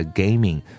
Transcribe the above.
gaming